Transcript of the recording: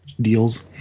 deals